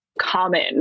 common